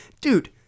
dude